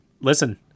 listen